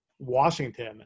Washington